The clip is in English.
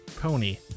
Pony